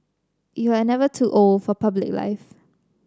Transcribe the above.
you are never too old for public life